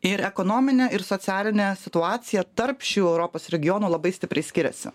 ir ekonominė ir socialinė situacija tarp šių europos regionų labai stipriai skiriasi